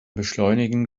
beschleunigen